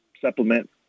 supplement